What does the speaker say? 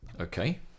okay